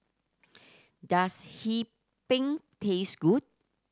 does Hee Pan taste good